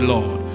Lord